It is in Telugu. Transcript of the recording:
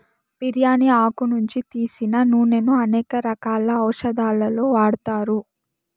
బిర్యాని ఆకు నుంచి తీసిన నూనెను అనేక రకాల ఔషదాలలో వాడతారు